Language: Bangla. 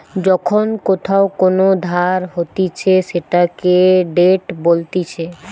যখন কোথাও কোন ধার হতিছে সেটাকে ডেট বলতিছে